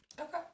Okay